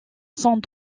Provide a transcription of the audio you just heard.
sont